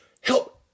Help